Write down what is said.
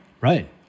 right